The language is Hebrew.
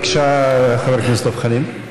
בבקשה, חבר הכנסת דב חנין.